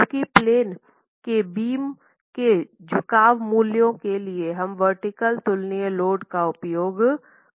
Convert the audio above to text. जबकि प्लेन में बीम के झुकाव मूल्यों के लिए हम वर्टीकल तुलनीय लोड का उपयोग कर रहे हैं